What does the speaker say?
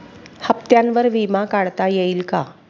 हप्त्यांवर विमा काढता येईल का?